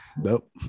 Nope